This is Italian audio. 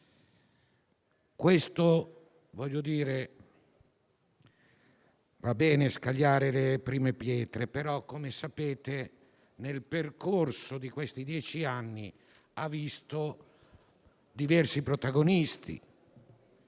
risultato positivo. Va bene scagliare le prime pietre, però, come sapete, il percorso di questi dieci anni ha visto diversi protagonisti,